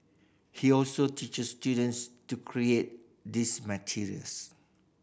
he also teaches students to create these materials